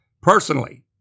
personally